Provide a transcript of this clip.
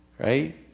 right